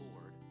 Lord